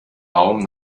baum